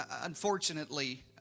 unfortunately